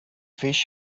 fish